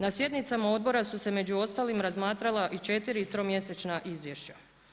Na sjednicama odbora su se među ostalim razmatrala i četiri tromjesečna izvješća.